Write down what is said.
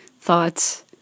thoughts